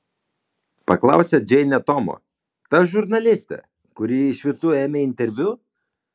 paklausė džeinė tomo ta žurnalistė kuri iš visų ėmė interviu